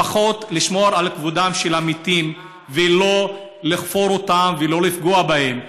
לפחות לשמור על כבודם של המתים ולא לחפור אותם ולא לפגוע בהם.